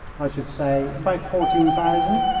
i should say about fourteen thousand.